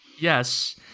Yes